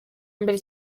mbere